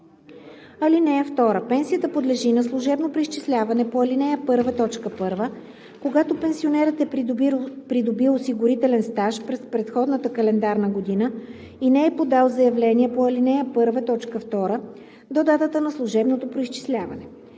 (2) Пенсията подлежи на служебно преизчисляване по ал. 1, т. 1, когато пенсионерът е придобил осигурителен стаж през предходната календарна година и не е подал заявление по ал. 1, т. 2 до датата на служебното преизчисляване.